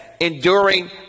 enduring